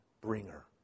bringer